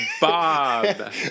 Bob